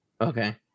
Okay